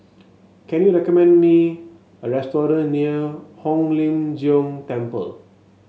can you recommend me a restaurant near Hong Lim Jiong Temple